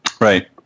Right